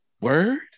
word